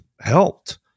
helped